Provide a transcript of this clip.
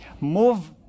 Move